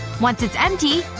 once it's empty.